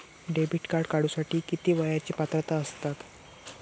Debit card काढूसाठी किती वयाची पात्रता असतात?